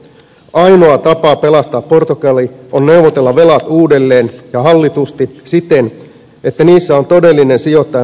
ainoa tapa pelastaa portugali on neuvotella velat uudelleen ja hallitusti siten että niissä on todellinen sijoittajan vastuu mukana